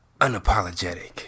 Unapologetic